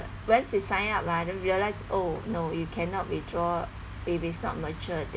once you sign up ah then realize oh no you cannot withdraw if it's not matured